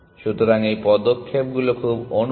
সুতরাং এই পদক্ষেপ গুলো খুব অনুরূপ